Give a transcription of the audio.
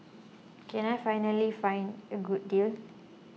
can I find ally find a good deal